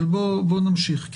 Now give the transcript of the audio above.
בוא נמשיך.